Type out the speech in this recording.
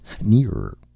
Nearer